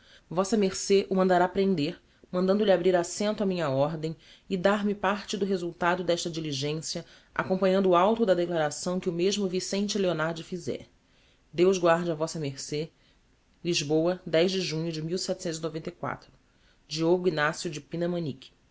vm ce o mandará prender mandando-lhe abrir assento á minha ordem e dar-me parte do resultado d'esta diligencia acompanhando o auto da declaração que o mesmo vicente leonardi fizer deus guarde a vm ce lisboa de junho de diogo ign eo de pina